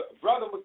Brother